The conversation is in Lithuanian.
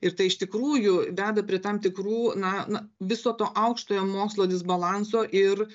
ir tai iš tikrųjų veda prie tam tikrų na na viso to aukštojo mokslo disbalanso ir